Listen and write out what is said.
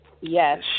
yes